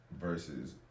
versus